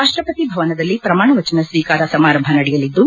ರಾಷ್ಲಪತಿ ಭವನದಲ್ಲಿ ಪ್ರಮಾಣವಚನ ಸ್ತೀಕಾರ ಸಮಾರಂಭ ನಡೆಯಲಿದ್ದು